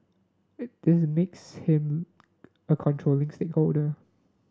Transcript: it this makes him a controlling stakeholder